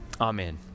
amen